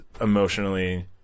emotionally